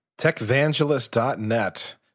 Techvangelist.net